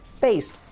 based